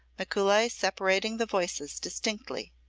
mikuli separating the voices distinctly.